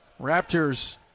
Raptors